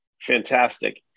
fantastic